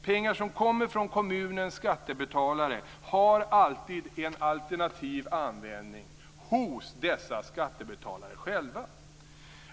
Pengar som kommer från kommunens skattebetalare har alltid en alternativ användning hos dessa skattebetalare själva.